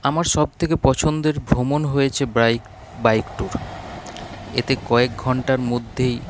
আমার সব থেকে পছন্দের ভ্রমণ হয়েছে ব্রাইক বাইক ট্যুর এতে কয়েক ঘন্টার মধ্যেই